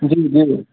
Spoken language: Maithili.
जी जी